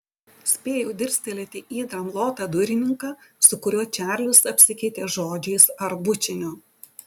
spėjau dirstelėti į dramblotą durininką su kuriuo čarlis apsikeitė žodžiais ar bučiniu